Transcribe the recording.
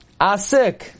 asik